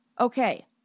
okay